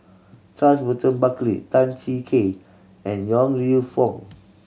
Charles Burton Buckley Tan Cheng Kee and Yong Lew Foong